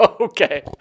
Okay